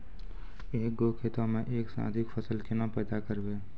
एक गो खेतो मे एक से अधिक फसल केना पैदा करबै?